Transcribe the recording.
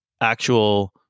actual